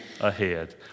ahead